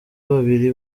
babiri